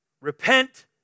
Repent